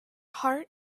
heart